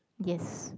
yes